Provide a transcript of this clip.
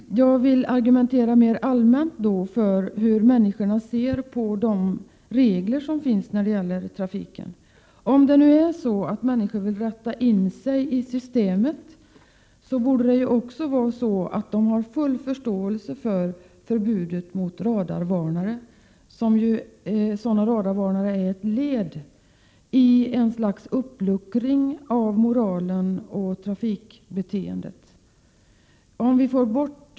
Herr talman! Jag vill föra en mer allmän argumentation om hur människor ser på de regler som finns i trafiken. Om nu människor vill inrätta sig i systemet, borde de också ha full förståelse för förbudet mot radarvarnare. Förekomsten av radarvarnare är ett led i ett slags uppluckring av moralen och beteendet i trafiken.